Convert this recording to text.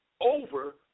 over